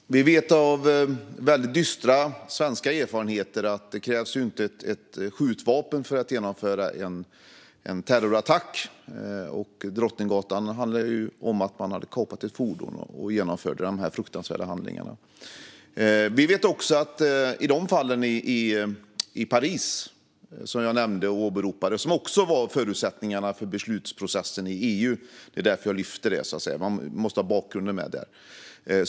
Herr talman! Vi vet av väldigt dystra svenska erfarenheter att det inte krävs ett skjutvapen för att genomföra en terrorattack. Händelsen på Drottninggatan handlar om att man hade kapat ett fordon och genomförde de fruktansvärda handlingarna. Vi vet också hur det var i fallen i Paris som jag åberopade, och som också var förutsättningarna för beslutsprocessen i EU. Det är därför jag lyfter fram det. Man måste ha bakgrunden med.